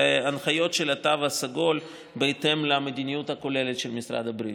הנחיות של התו הסגול בהתאם למדיניות הכוללת של משרד הבריאות.